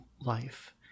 life